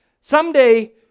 Someday